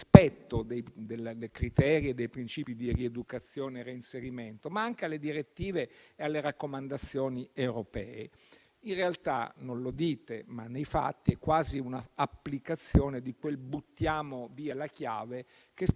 rispetto dei criteri e dei princìpi di rieducazione e reinserimento, ma anche alle direttive e alle raccomandazioni europee. In realtà non lo dite, ma nei fatti è quasi una applicazione di quel «buttiamo via la chiave» che spesso